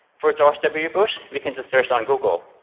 for george w. bush, we can just search on google,